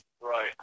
Right